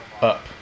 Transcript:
up